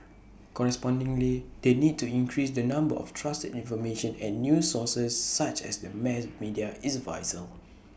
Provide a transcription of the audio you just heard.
correspondingly the need to increase the number of trusted information and news sources such as the mass media is vital